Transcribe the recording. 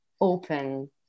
open